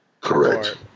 Correct